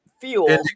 fuel